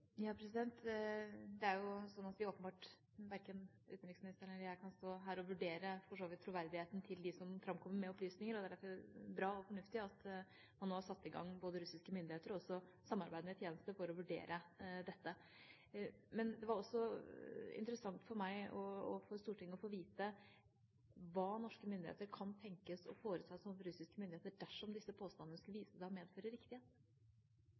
Det er åpenbart sånn at verken utenriksministeren eller jeg kan stå her og vurdere troverdigheten til dem som kommer fram med opplysninger. Det er derfor bra og fornuftig at man nå har satt i gang både russiske myndigheter og også samarbeidende tjenester for å vurdere dette. Men det er også interessant for meg, og for Stortinget, å få vite hva norske myndigheter kan tenkes å foreta seg overfor russiske myndigheter dersom disse påstandene skulle vise seg å medføre